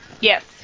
Yes